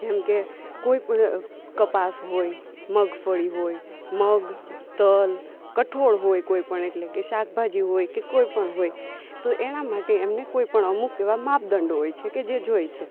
જેમકે કોઈ પણ કપાસ હોય મગફળી હોય મગ તલ કઠોળ હોય કોઈ પણ એટલે કે શાકભાજી હોય કે કોઈ પણ હોય તો એના માટે એમને કોઈ પણ અમુક એવા માપદંડો હોય છે કે જોએ છે